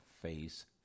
face